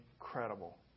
incredible